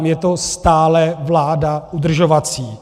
Je to stále vláda udržovací.